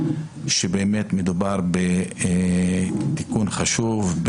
שמדובר בתיקון חשוב,